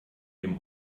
dem